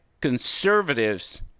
conservatives